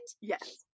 Yes